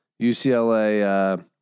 UCLA